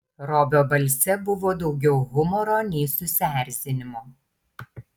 robio balse buvo daugiau humoro nei susierzinimo